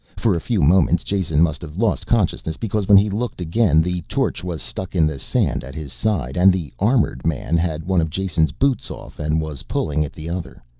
for a few moments jason must have lost consciousness because when he looked again the torch was stuck in the sand at his side and the armored man had one of jason's boots off and was pulling at the other.